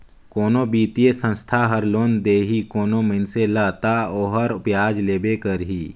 कोनो बित्तीय संस्था हर लोन देही कोनो मइनसे ल ता ओहर बियाज लेबे करही